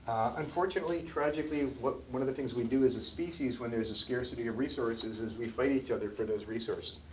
unfortunately, tragically, one of the things we do as a species when there is a scarcity of resources is we fight each other for those resources.